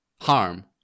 harm